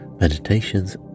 meditations